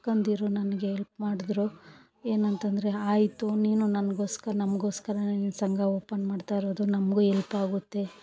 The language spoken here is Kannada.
ಅಕ್ಕಂದಿರು ನನಗೆ ಎಲ್ಪ್ ಮಾಡಿದ್ರು ಏನಂತಂದರೆ ಆಯಿತು ನೀನು ನನಗೋಸ್ಕರ ನಮಗೋಸ್ಕರ ನೀನು ಸಂಘ ಓಪನ್ ಮಾಡ್ತಾಯಿರೋದು ನಮಗೂ ಹೆಲ್ಪಾಗುತ್ತೆ